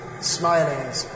smiling